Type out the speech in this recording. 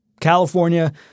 California